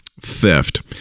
Theft